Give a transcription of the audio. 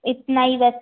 इतना ही बस